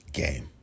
game